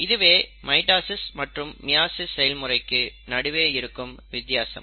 இதுவே மைட்டாசிஸ் மற்றும் மியாசிஸ் செயல்முறைக்கு நடுவே இருக்கும் வித்தியாசம்